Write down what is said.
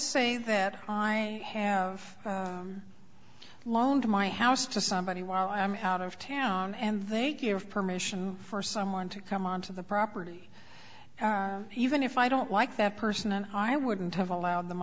say that i have loaned my house to somebody while i'm out of town and they give permission for someone to come onto the property even if i don't like that person and i wouldn't have allowed them